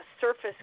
surface